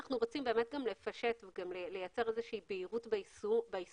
אנחנו רוצים גם לפשט ולייצר איזושהי בהירות ביישום,